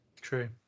True